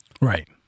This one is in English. Right